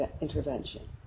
intervention